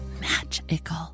magical